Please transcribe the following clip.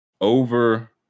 over